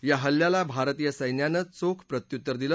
या हल्ल्याला भारतीय सैन्यानं चोख प्रयुत्तर दिलं